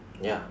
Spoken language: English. ya